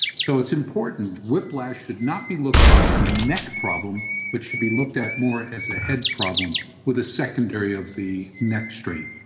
so it's important, whiplash should not be looked at as a neck problem but should be looked at more as a head problem with a secondary of the neck strain